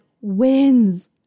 wins